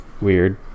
weird